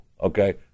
Okay